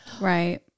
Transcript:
Right